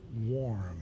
warm